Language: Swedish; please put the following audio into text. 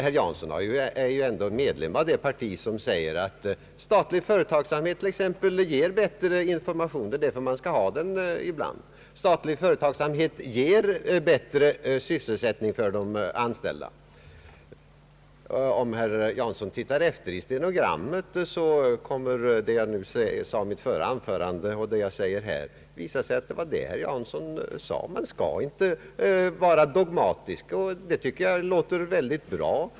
Herr Jansson är ju ändå medlem av det parti som säger att statlig företagsamhet ger t.ex. bättre informationer, det är därför man skall ha den ibland. Och att statlig företagsamhet ger sysselsättning för de anställda. Om herr Jansson ser efter i det stenografiska protokollet kommer han att finna att han verkligen sagt att vi inte skall vara så dogmatiska. Det tycker jag låter väldigt bra.